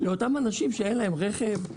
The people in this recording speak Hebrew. לאותם אנשים שאין להם רכב,